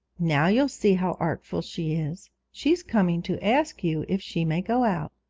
now you'll see how artful she is she's coming to ask you if she may go out.